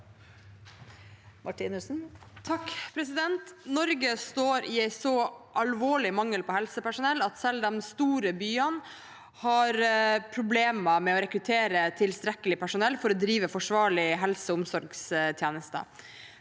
(R) Norge står i en så alvorlig mangel på helsepersonell at selv de store byene har problemer med å rekruttere tilstrekkelig personell til å drive forsvarlige helse- og omsorgstje nester.